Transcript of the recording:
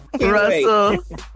Russell